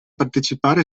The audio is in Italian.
partecipare